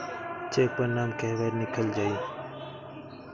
Check पर नाम कहवा लिखल जाइ?